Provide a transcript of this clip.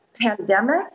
pandemic